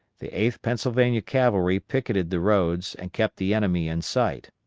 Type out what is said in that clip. the eighth pennsylvania cavalry picketed the roads and kept the enemy in sight.